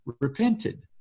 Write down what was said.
repented